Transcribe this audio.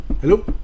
Hello